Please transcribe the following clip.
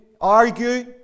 argue